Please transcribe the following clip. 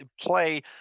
play